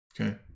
okay